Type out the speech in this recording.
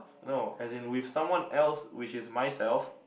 no as in with someone else which is myself